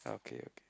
ah okay okay